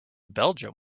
belgium